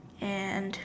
and